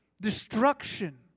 Destruction